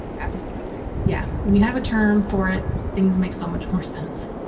absolutely. yeah. when you have a term for it, things make so much more sense.